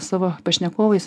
savo pašnekovais